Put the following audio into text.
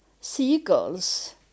seagulls